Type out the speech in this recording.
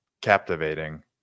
captivating